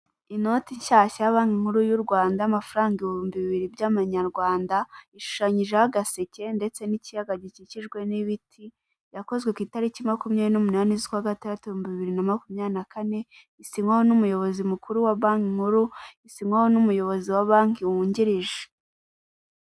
Inoti nshyashya ya banki nkuru y'u Rwanda y' amafaranga ibihumbi bibiri by'amanyarwanda, ishushanyijeho agaseke ndetse n'ikiyaga gikikijwe n'ibiti yakozwe ku itariki makumyabiri n'umunani z'ukwa gatandatu , bibiri na makumyabiri na kane isinywaho n'umuyobozi mukuru wa banki nkuru, isinywaho n'umuyobozi wa banki wungirije.